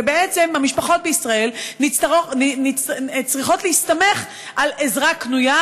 ובעצם המשפחות בישראל צריכות להסתמך על עזרה קנויה,